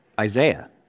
Isaiah